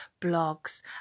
blogs